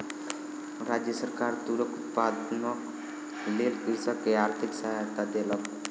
राज्य सरकार तूरक उत्पादनक लेल कृषक के आर्थिक सहायता देलक